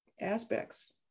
aspects